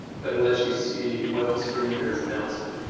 but it lets you see what the screen reader is announcing.